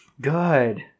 Good